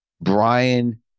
Brian